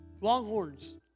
Longhorns